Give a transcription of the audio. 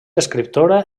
escriptora